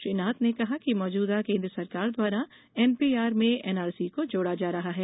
श्री नाथ ने कहा कि मौजूदा केन्द्र सरकार द्वारा एनपीआर में एनआरसी को जोड़ा जा रहा है